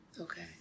Okay